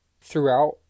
Throughout